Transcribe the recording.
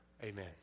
Amen